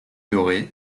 dorée